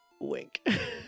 Wink